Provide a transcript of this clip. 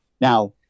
Now